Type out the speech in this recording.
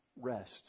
rest